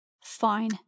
Fine